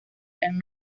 gran